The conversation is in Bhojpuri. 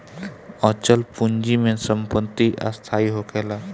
अचल पूंजी में संपत्ति स्थाई होखेला